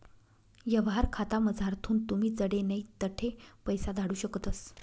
यवहार खातामझारथून तुमी जडे नै तठे पैसा धाडू शकतस